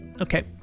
Okay